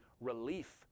relief